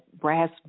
brass